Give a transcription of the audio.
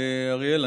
אריאל,